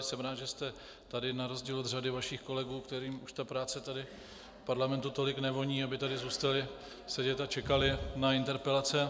Jsem rád, že jste tady na rozdíl od řady vašich kolegů, kterým už ta práce tady v parlamentu tolik nevoní, aby tady zůstali sedět a čekali na interpelace.